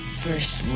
first